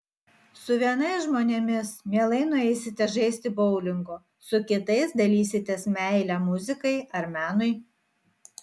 su vienais žmonėmis mielai nueisite žaisti boulingo su kitais dalysitės meile muzikai ar menui